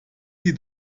sie